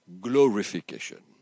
Glorification